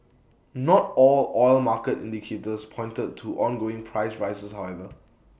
not all oil market indicators pointed to ongoing price rises however